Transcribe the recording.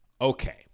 Okay